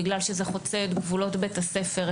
בגלל שזה חוצה גבולות בית הספר,